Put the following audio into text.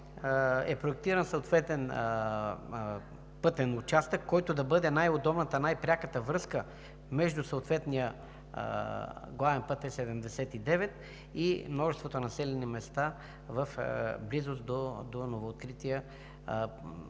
е проектиран съответен пътен участък, който да бъде най-удобната, най-пряката връзка между главен път Е-79 и многото населени места в близост до новооткрития